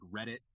Reddit